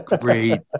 great